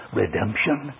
redemption